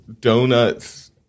Donuts